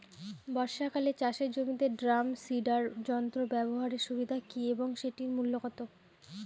বর্ষাকালে চাষের জমিতে ড্রাম সিডার যন্ত্র ব্যবহারের সুবিধা কী এবং সেটির মূল্য কত?